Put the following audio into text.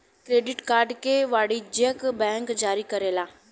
credit card के वाणिजयक bank जारी करेला